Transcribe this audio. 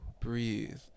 breathe